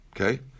Okay